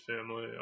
family